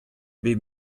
bet